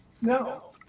No